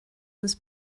uns